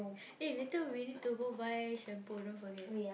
eh later we need to go buy shampoo don't forget